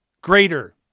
greater